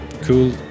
cool